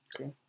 Okay